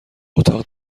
اتاق